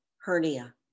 hernia